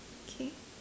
k